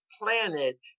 planet